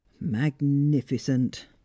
Magnificent